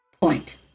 point